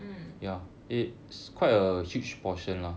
mm